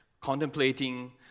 contemplating